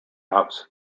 house